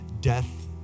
Death